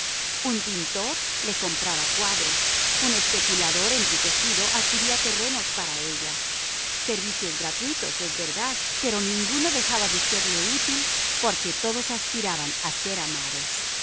un pintor le compraba cuadros un especulador enriquecido adquiría terrenos para ella servicios gratuitos es verdad pero ninguno dejaba de serle útil porque todos aspiraban a ser amados